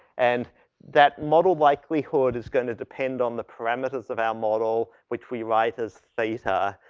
and that model likelihood is going to depend on the parameters of our model which we write as theta.